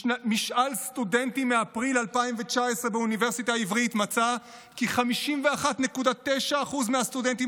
משאל סטודנטים מאפריל 2019 באוניברסיטה העברית מצא כי 51.9% מהסטודנטים